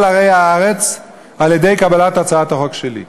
ערי הארץ על-ידי קבלת הצעת החוק שלי.